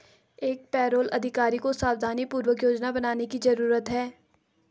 एक पेरोल अधिकारी को सावधानीपूर्वक योजना बनाने की जरूरत है